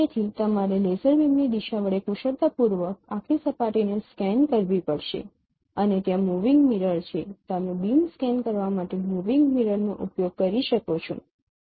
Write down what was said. તેથી તમારે લેસર બીમની દિશા વડે કુશળતાપૂર્વક આખી સપાટીને સ્કેન કરવી પડશે અને ત્યાં મૂવિંગ મિરર છે તમે બીમ સ્કેન કરવા માટે મૂવિંગ મિરરનો ઉપયોગ કરી શકો છો